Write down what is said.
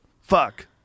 fuck